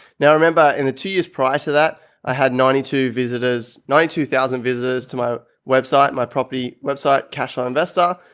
now remember in the two years prior to that i had ninety two visitors, ninety two thousand visitors to my website, my property website, cashflow investor, ah,